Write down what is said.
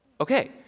Okay